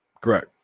Correct